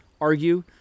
argue